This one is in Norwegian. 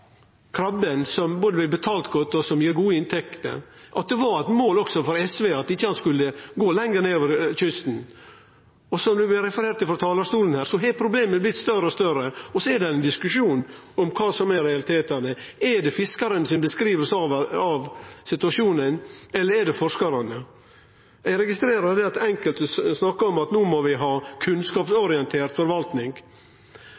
krabben, som gir både god betaling og gode inntekter, ikkje skulle gå lenger nedover kysten. Som det har blitt referert til her frå talarstolen, har problemet blitt større og større. Det er ein diskusjon om kva som er realitetane: Er det fiskarane sine skildringar av situasjonen eller er det forskarane sine? Eg registrerer at enkelte snakkar om at vi no må ha